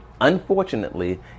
unfortunately